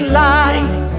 light